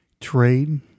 trade